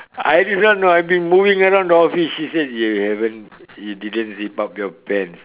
I did not know I've been moving around the office she say you haven't you didn't zip up your pants